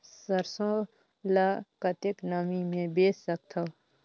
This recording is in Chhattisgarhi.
सरसो ल कतेक नमी मे बेच सकथव?